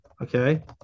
okay